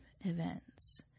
events